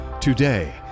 Today